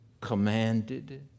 commanded